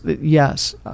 yes